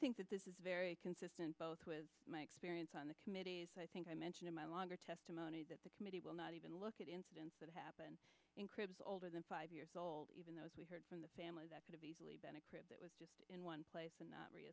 think that this is very consistent both with my experience on the committee i think i mentioned in my longer testimony that the committee will not even look at incidents that happened in cribs older than five years old even though as we heard from the family that could have easily been approved it was just in one place and